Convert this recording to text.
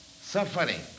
suffering